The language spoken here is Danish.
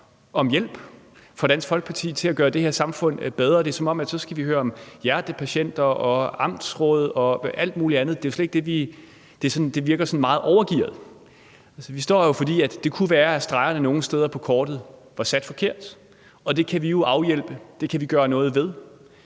om hjælp fra Dansk Folkeparti til at gøre det her samfund bedre, og det er, som om vi skal høre om hjertepatienter, amtsråd og alt muligt andet, og det virker sådan meget overgearet. Vi står her jo, fordi det kunne være, at stregerne på kortet nogle steder var sat forkert, og det kan vi afhjælpe, og det kan vi gøre noget ved,